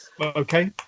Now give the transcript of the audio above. Okay